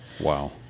Wow